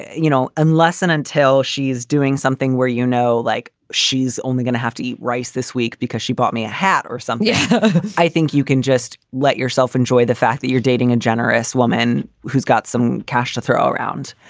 you know, unless and until she's doing something where, you know, like she's only going to have to eat rice this week because she bought me a hat or something. yeah i think you can just let yourself enjoy the fact that you're dating a generous woman who's got some cash to throw around.